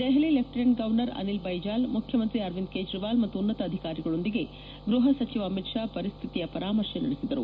Delhi lieutenant governor Anil Baijal ಮುಖ್ಯಮಂತ್ರಿ ಅರವಿಂದ್ ಕೇಜ್ರವಾಲ್ ಮತ್ತು ಉನ್ನತ ಅಧಿಕಾರಿಗಳೊಂದಿಗೆ ಗೃಹ ಸಚಿವ ಅಮಿತ್ ಶಾ ಪರಿಸ್ಥಿತಿಯ ಪರಾಮರ್ಶೆ ನಡೆಸಿದರು